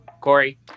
Corey